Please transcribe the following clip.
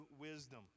wisdom